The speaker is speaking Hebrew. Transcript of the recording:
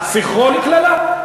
זכרו לקללה.